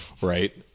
right